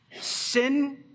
Sin